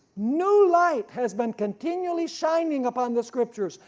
new light has been continually shining upon the scriptures,